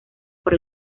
por